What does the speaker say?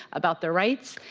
about their rights,